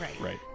Right